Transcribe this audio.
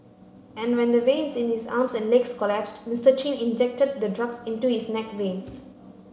and when the veins in his arms and legs collapsed Mister Chin injected the drugs into his neck veins